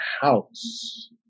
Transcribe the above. house